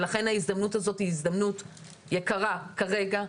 ולכן ההזדמנות הזאת היא הזדמנות יקרה, כרגע.